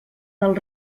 del